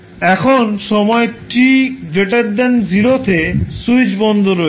এখন সময় t0 তে সুইচ বন্ধ রয়েছে